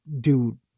dude